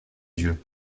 yeux